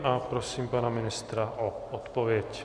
A prosím pana ministra o odpověď.